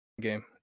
game